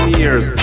years